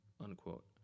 unquote